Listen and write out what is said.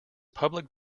public